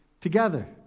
together